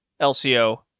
LCO